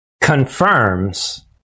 confirms